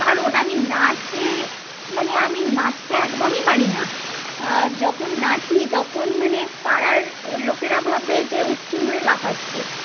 কারন আমি নাচে মানে আমি নাচতে একদমই পারিনা যখন নাচি তখন মানে পাড়ার লোকেরা ভাববে যে উচ্চিংড়ে লাফাচ্ছে